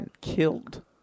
killed